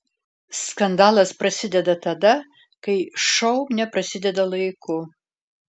skandalas prasideda tada kai šou neprasideda laiku